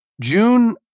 june